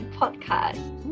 podcast